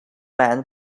man